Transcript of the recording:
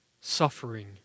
suffering